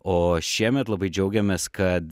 o šiemet labai džiaugiamės kad